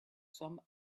some